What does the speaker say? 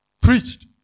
Preached